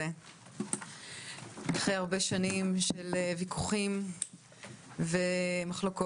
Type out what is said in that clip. אחרי הרבה שנים של ויכוחים ומחלוקות.